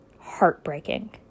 heartbreaking